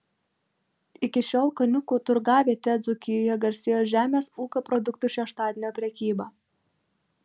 iki šiol kaniūkų turgavietė dzūkijoje garsėjo žemės ūkio produktų šeštadienio prekyba